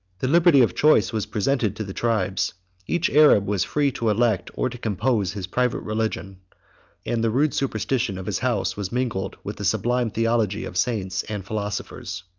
the liberty of choice was presented to the tribes each arab was free to elect or to compose his private religion and the rude superstition of his house was mingled with the sublime theology of saints and philosophers.